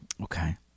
Okay